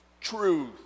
truth